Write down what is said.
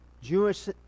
Jewish